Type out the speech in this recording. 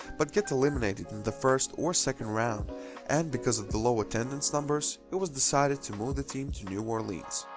but get eliminated in the first or second round and because of the low attendance numbers it was decided to move the team to new orleans.